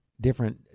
different